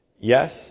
yes